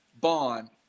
bond